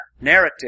narrative